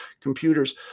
computers